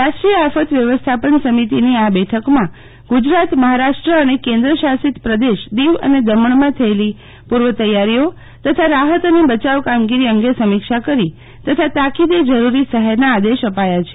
રાષ્ટ્રીય આફત વ્યવસ્થાપન સમિતિની આ બેઠકમાં ગુજરાત મહારાષ્ટ્ર અને કેન્દ્રશાસીત પ્રદેશ દીવ અને દમણમાં થયેલી પૂર્વતૈયારીઓ તથા રાહત અને બચાવ કામગીરી અંગે સમીક્ષા કરી તથા તાકીદે જરૂરી સહાયના આદેશ અપાયા છે